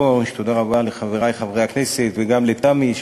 ראשון הדוברים, חבר הכנסת מיקי רוזנטל, בבקשה.